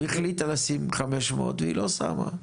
היא החליטה לשים 500 והיא לא שמה.